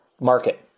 market